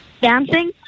Dancing